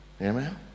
amen